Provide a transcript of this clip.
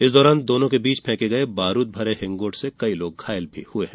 इस दौरान दोनों के बीच फेंके गए बारूद भरे हिंगोट से कई लोग घायल हुए हैं